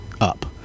Up